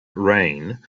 reign